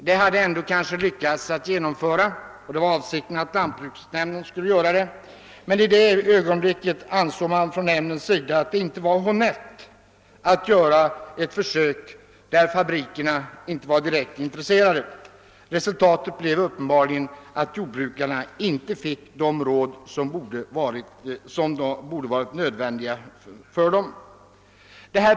Det hade kanske ändå kunnat genomföras genom lantbruksnämndens försorg men i den situationen ansåg lantbruksnämnden att det inte var honnett att göra ett försök när fabrikanterna inte var direkt intresserade. Resultatet blev uppenbarligen att jordbrukarna inte fick de råd och erfarenheter som hade varit nöd vändiga för dem.